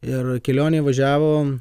ir kelionėj važiavo